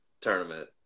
tournament